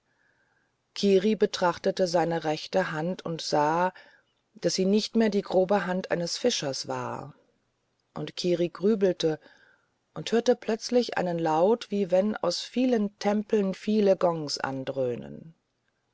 kiri betrachtete seine rechte hand und sah daß sie nicht mehr die grobe hand eines fischers war und kiri grübelte und hörte plötzlich einen laut wie wenn aus vielen tempeln viele gongs